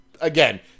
Again